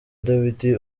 dawidi